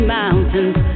mountains